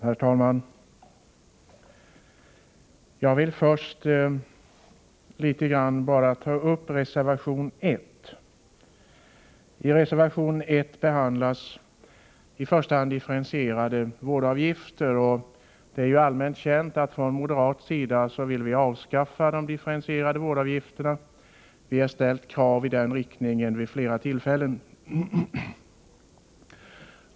Herr talman! I reservation 1 behandlas i första hand differentierade vårdavgifter. Det är ju allmänt känt att vi från moderata samlingspartiet vill avskaffa de differentierade vårdavgifterna. Vi har ställt krav i den riktningen vid flera tillfällen.